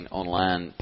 online